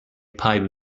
pipe